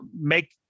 make